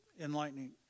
enlightening